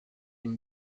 une